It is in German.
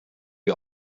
wir